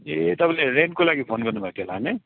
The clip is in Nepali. ए तपाईँले रेन्टको लागि फोन गर्नु भएको थियो होला नि